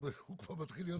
זה בדיוק